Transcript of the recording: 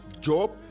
job